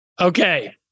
Okay